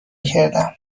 کردم